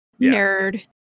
Nerd